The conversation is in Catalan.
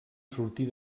sortir